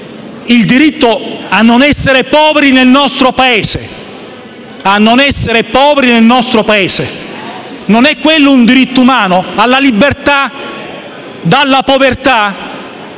il diritto a non essere poveri nel nostro Paese. Non è quello alla libertà dalla povertà